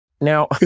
Now